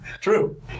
True